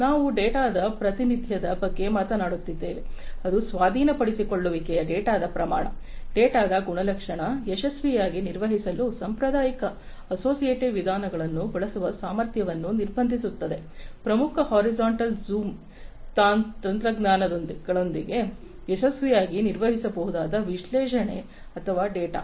ನಾವು ಡೇಟಾದ ಪ್ರಾತಿನಿಧ್ಯದ ಬಗ್ಗೆ ಮಾತನಾಡುತ್ತಿದ್ದೇವೆ ಅದು ಸ್ವಾಧೀನಪಡಿಸಿಕೊಳ್ಳುವಿಕೆಯ ಡೇಟಾದ ಪ್ರಮಾಣ ಡೇಟಾದ ಗುಣಲಕ್ಷಣ ಯಶಸ್ವಿಯಾಗಿ ನಿರ್ವಹಿಸಲು ಸಾಂಪ್ರದಾಯಿಕ ಅಸೋಸಿಯೇಟಿವ್ ವಿಧಾನಗಳನ್ನು ಬಳಸುವ ಸಾಮರ್ಥ್ಯವನ್ನು ನಿರ್ಬಂಧಿಸುತ್ತದೆ ಪ್ರಮುಖ ಹಾರಿಜಾಂಟಲ್ ಜೂಮ್ ತಂತ್ರಜ್ಞಾನಗಳೊಂದಿಗೆ ಯಶಸ್ವಿಯಾಗಿ ನಿರ್ವಹಿಸಬಹುದಾದ ವಿಶ್ಲೇಷಣೆ ಅಥವಾ ಡೇಟಾ